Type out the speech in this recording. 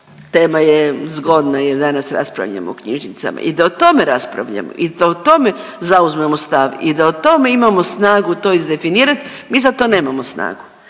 tema je zgodna jer danas rasprvljamo o knjižnicama. I da o tome raspravljamo i da o tome zauzmemo stav i da u tome imamo snagu to izdefinirati, mi za to nemamo snagu.